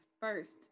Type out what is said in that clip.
first